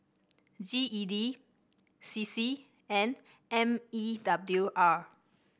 G E D C C and M E W R